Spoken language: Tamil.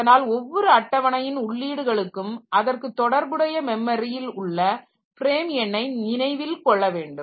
அதனால் ஒவ்வொரு அட்டவணையின் உள்ளீடுகளுக்கும் அதற்கு தொடர்புடைய மெமரியில் உள்ள ஃப்ரேம் எண்ணை நினைவில் கொள்ளவேண்டும்